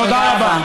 תודה רבה.